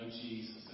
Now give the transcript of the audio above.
Jesus